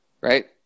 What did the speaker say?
Right